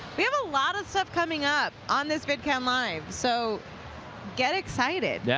we have a lot of stuff coming up on this vidconlive. so get excited. yeah